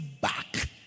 back